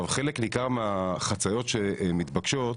חלק ניכר מהחציות שמתבקשות,